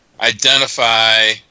identify